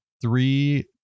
three